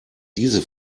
diese